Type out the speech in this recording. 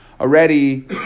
already